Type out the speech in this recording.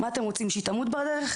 האם אתם רוצים שהיא תמות בדרך?